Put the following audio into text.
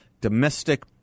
domestic